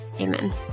amen